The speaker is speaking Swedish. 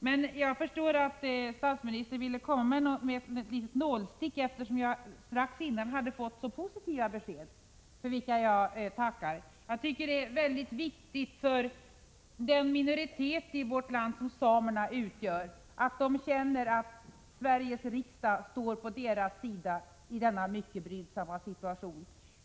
Men jag förstår att statsministern ville komma med ett litet nålstick, eftersom jag strax innan detta sades hade fått mycket positiva besked, vilket jag tackar för. Det är mycket viktigt för den minoritet i vårt land som samerna utgör att känna att Sveriges riksdag står på dess sida i denna mycket brydsamma situation.